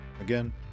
Again